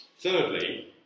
Thirdly